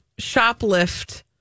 shoplift